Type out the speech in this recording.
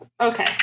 Okay